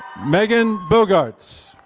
meghan bogaerts.